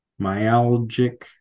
myalgic